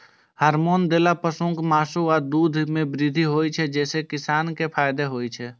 hormone देला सं पशुक मासु आ दूध मे वृद्धि होइ छै, जइसे किसान कें फायदा होइ छै